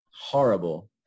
Horrible